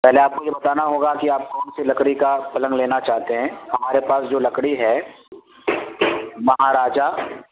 پہلے آپ کو یہ بتانا ہوگا کہ آپ کون سی لکڑی کا پلنگ لینا چاہتے ہیں ہمارے پاس جو لکڑی ہے مہاراجہ